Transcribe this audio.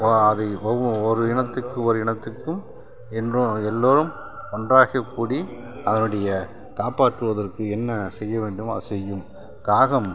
ஓ அதை ஒவ்வொரு ஒரு இனத்துக்கு ஒரு இனத்துக்கும் என்றும் எல்லோரும் ஒன்றாகி கூடி அதனுடைய காப்பாற்றுவதற்கு என்ன செய்ய வேண்டுமோ அது செய்யும் காகம்